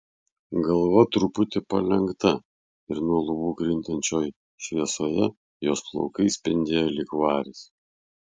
galva truputį palenkta ir nuo lubų krintančioj šviesoje jos plaukai spindėjo lyg varis